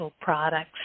products